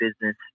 business